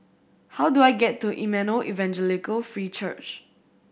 how do I get to Emmanuel Evangelical Free Church